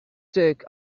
took